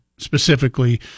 specifically